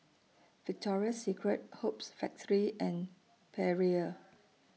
Victoria Secret Hoops Factory and Perrier